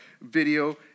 video